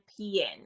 PN